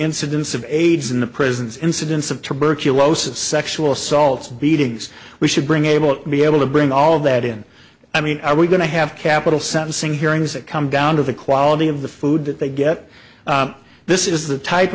incidence of aids in the prisons incidence of tuberculosis sexual assaults beatings we should bring able to be able to bring all that in i mean are we going to have capital sentencing hearings that come down to the quality of the food that they get this is the type